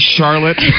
Charlotte